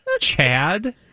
Chad